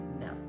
No